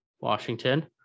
Washington